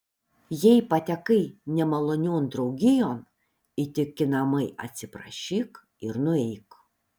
jei patekai nemalonion draugijon įtikinamai atsiprašyk ir nueik